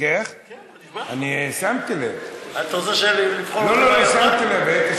אתה רוצה לבחון אותי על מה שהיא דיברה?